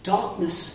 Darkness